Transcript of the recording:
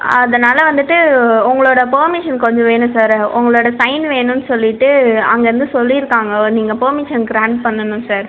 அதனால் வந்துவிட்டு உங்களோட பர்மிஷன் கொஞ்சம் வேணும் சார் உங்களோட சைன் வேணுன்னு சொல்லிட்டு அங்கேயிருந்து சொல்லியிருக்காங்க நீங்கள் பெர்மிஷன் க்ராண்ட் பண்ணனும் சார்